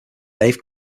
dave